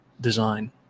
design